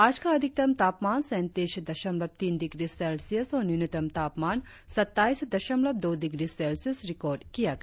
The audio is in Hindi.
आज का अधिकतम तापमान सैंतीस दशमलव तीन डिग्री सेल्सियस और न्यूनतम तापमान सत्ताईस दशमलव दो डिग्री सेल्सियस रिकार्ड किया गया